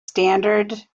standard